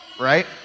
right